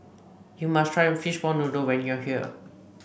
you must try Fishball Noodle when you are here